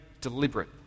deliberate